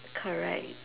correct